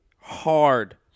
hard